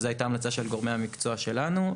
זו הייתה המלצה של גורמי המקצוע שלנו.